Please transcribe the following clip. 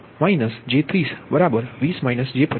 તેથી Y11 y12 y13 છે 20 j50